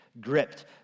gripped